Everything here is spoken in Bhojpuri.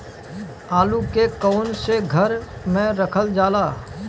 आलू के कवन से घर मे रखल जाला?